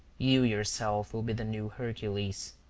you yourself will be the new hercules.